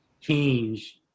change